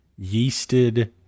yeasted